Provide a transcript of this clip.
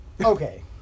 Okay